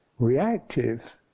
reactive